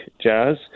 Jazz